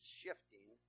shifting